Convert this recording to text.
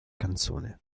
canzone